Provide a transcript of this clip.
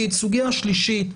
סוגיה שלישית,